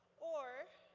or,